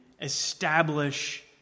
establish